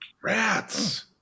rats